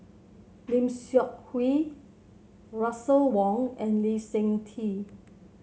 Lim Seok Hui Russel Wong and Lee Seng Tee